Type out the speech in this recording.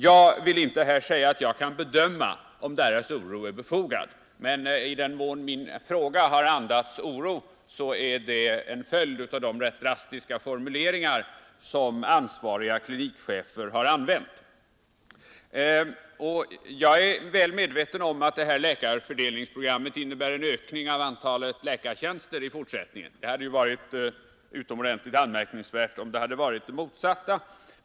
Jag kan inte bedöma om deras oro är befogad, men i den mån min fråga har andats oro, är det en följd av de rätt drastiska formuleringar som ansvariga klinikchefer har använt. Jag är väl medveten om att läkarfördelningsprogrammet innebär en ökning av antalet läkartjänster i fortsättningen. Det hade varit utomordentligt anmärkningsvärt om motsatsen varit fallet.